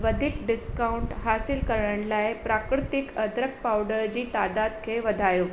वधीक डिस्काउंट हासिलु करण लाइ प्राकृतिक अदरक पाउडर जी तादादु खे वधायो